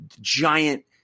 giant